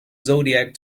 zodiac